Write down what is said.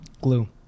glue